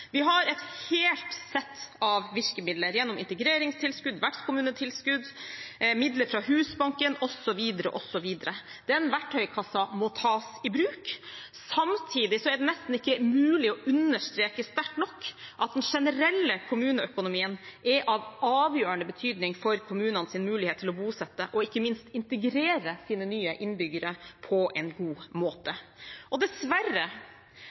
Vi har et helt sett av virkemidler gjennom integreringstilskudd, vertskommunetilskudd, midler fra Husbanken osv., osv. Den verktøykassen må tas i bruk. Samtidig er det nesten ikke mulig å understreke sterkt nok at den generelle kommuneøkonomien er av avgjørende betydning for kommunenes mulighet til å bosette og ikke minst integrere sine nye innbyggere på en god måte. Dessverre,